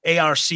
ARC